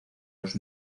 los